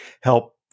help